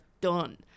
done